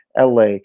LA